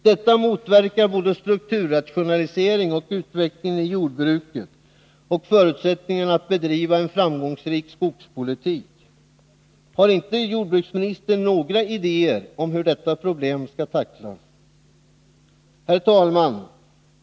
Detta motverkar både strukturrationalisering och utvecklingen i jordbruket och förutsättningarna för att bedriva en framgångsrik skogspolitik. Har inte jordbruksministern några idéer om hur detta problem skall tacklas? Herr talman!